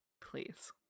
Please